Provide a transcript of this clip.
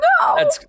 no